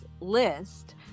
list